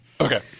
Okay